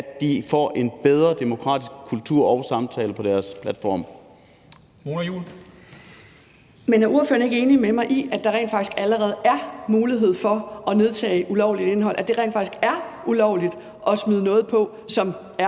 13:55 Formanden (Henrik Dam Kristensen): Mona Juul. Kl. 13:55 Mona Juul (KF): Men er ordføreren ikke enig med mig i, at der rent faktisk allerede er mulighed for at nedtage ulovligt indhold, og at det rent faktisk er ulovligt at smide noget på, som er